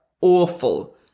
awful